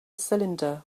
cylinder